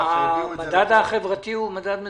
המדד החברתי הוא מדד מצוין.